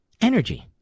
energy